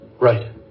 Right